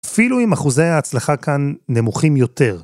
אפילו אם אחוזי ההצלחה כאן נמוכים יותר.